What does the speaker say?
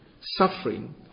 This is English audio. suffering